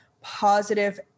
positive